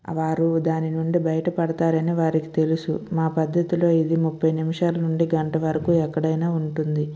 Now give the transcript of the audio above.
వారు దాని నుండి బయట పడతారని వారికి తెలుసు మా పద్దతిలో ఇది ముప్పై నిమిషాలు నుండి గంట వరకు ఎక్కడైనా ఉంటుంది